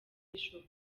bishop